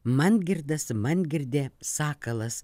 mangirdas mangirdė sakalas